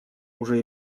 уже